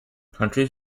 countries